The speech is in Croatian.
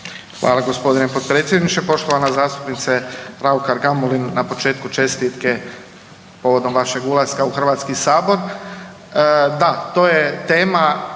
Hvala gospodine potpredsjedniče. Poštovana zastupnice Raukar Gamulin na početku čestitke povodom vašeg ulaska u Hrvatski sabor. Da, to je tema